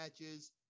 matches